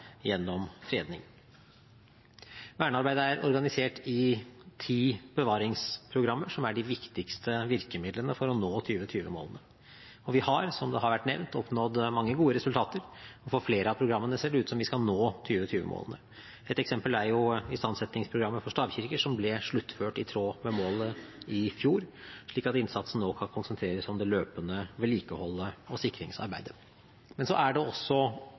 gjennom fredning. Vernearbeidet er organisert i ti bevaringsprogrammer som er de viktigste virkemidlene for å nå 2020-målene. Vi har, som det har vært nevnt, oppnådd mange gode resultater, og for flere av programmene ser det ut som vi skal nå 2020-målene. Et eksempel er istandsettingsprogrammet for stavkirker, som ble sluttført i tråd med målet i fjor, slik at innsatsen nå kan konsentreres om det løpende vedlikeholdet og sikringsarbeidet. Men så er det også